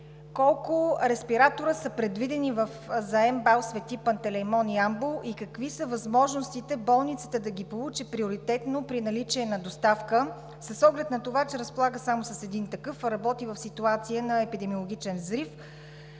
колко респиратора са предвидени за МБАЛ „Св. Пантeлеймон“ – Ямбол, и какви са възможностите болницата да ги получи приоритетно при наличие на доставка, с оглед на това, че разполага само с един такъв, работи в ситуация на епидемиологичен взрив?